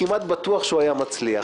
כמעט בטוח שהוא היה מצליח.